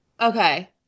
Okay